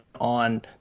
on